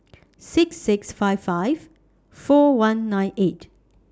six six five five four one nine eight